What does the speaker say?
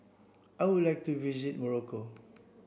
I would like to visit Morocco